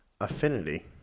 affinity